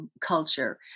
culture